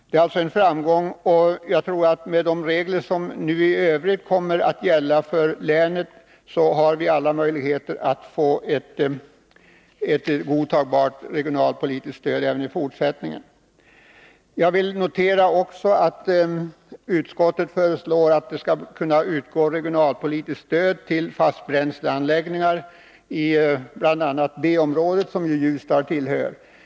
Det är alltså en framgång, och jag anser att med de regler som nu kommer att gälla för länet har vi alla möjligheter att få ett godtagbart regionalpolitiskt stöd även i fortsättningen. Jag vill också notera att utskottet föreslår att det skall kunna utgå regionalpolitiskt stöd till fastbränsleanläggningar i bl.a. B-området, som Ljusdal tillhör.